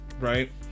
right